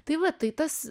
tai va tai tas